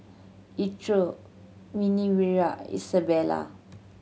Minervia Isabela